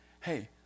hey